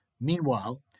Meanwhile